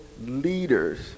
leaders